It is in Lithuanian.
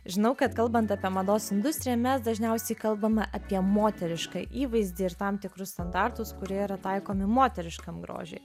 žinau kad kalbant apie mados industriją mes dažniausiai kalbame apie moterišką įvaizdį ir tam tikrus standartus kurie yra taikomi moteriškam grožiui